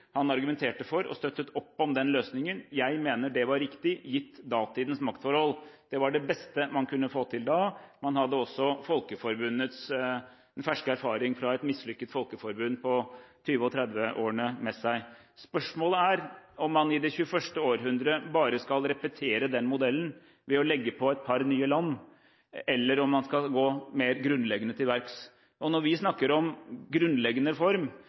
Han argumenterte for, og støttet opp om, den løsningen. Jeg mener det var riktig, gitt datidens maktforhold. Det var det beste man kunne få til da. Man hadde også ferske erfaringer fra det mislykkede Folkeforbundet i 1920- og 1930-årene med seg. Spørsmålet er om man i det 21. århundre bare skal repetere den modellen ved å legge til et par nye land, eller om man skal gå mer grunnleggende til verks. Når vi snakker om en grunnleggende